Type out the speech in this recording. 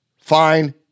Fine